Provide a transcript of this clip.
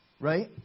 right